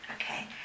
Okay